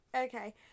Okay